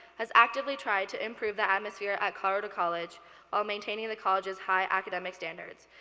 has actively tried to improve the atmosphere at colorado college while maintaining the college's high academic standards.